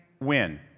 win